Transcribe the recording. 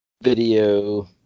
video